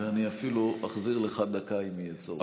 אני אפילו אחזיר לך דקה, אם יהיה צורך.